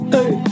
Hey